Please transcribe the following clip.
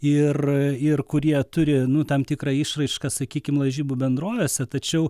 ir ir kurie turi tam tikrą išraišką sakykim lažybų bendrovėse tačiau